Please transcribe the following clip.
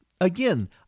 Again